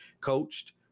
coached